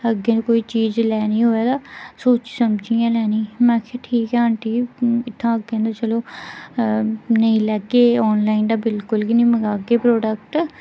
अग्गें कोई चीज लैनी होऐ ते सोचियै समझियै लैनी में आखेआ ठीक ऐ आंटी जी इत्थां अग्गें चलो नेईं लैह्गे आनलाइन दा बिल्कुल बी नेईं मंगागे प्रोडक्ट